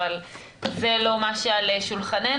אבל זה לא מה שעל שולחננו.